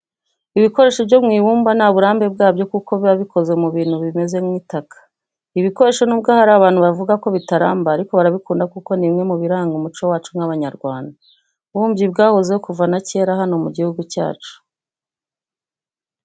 Ibikoresho byo mu ibumba nta burambe bwabyo kuko biba bikoze mu bintu bimeze nk'itaka. Ibi bikoresho nubwo hari abantu bavuga ko bitaramba ariko barabikunda kuko ni bimwe mu bintu biranga umuco wacu nk'Abanyarwanda. Ububumbyi bwahozeho kuva na kera hano mu gihugu cyacu.